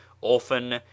Often